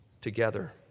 together